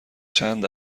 چند